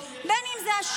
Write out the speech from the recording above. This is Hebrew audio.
זה גם לא הוא,